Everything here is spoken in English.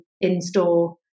in-store